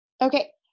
Okay